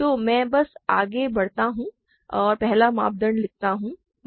तो मैं बस आगे बढ़ता हूं और पहला मापदंड लिखता हूं